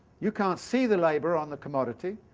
you can't see the labour on the commodity.